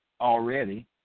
already